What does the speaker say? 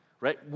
right